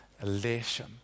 elation